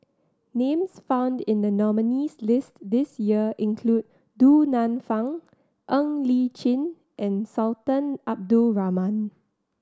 names found in the nominees' list this year include Du Nanfa Ng Li Chin and Sultan Abdul Rahman